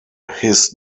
his